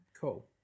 cool